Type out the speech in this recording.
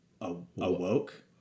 Awoke